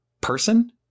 person